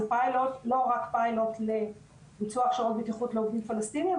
זה לא רק פיילוט לביצוע הכשרות בטיחות לעובדים פלסטינים,